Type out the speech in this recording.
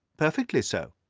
perfectly so.